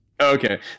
Okay